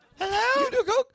Hello